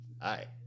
Hi